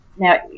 Now